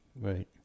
right